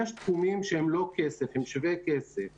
יש תחומים שהם לא כסף, הם שווי כסף ,